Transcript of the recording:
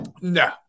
No